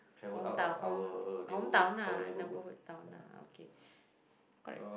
hometown home hometown ah neighbourhood town ah correct